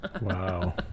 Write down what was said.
Wow